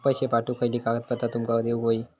पैशे पाठवुक खयली कागदपत्रा तुमका देऊक व्हयी?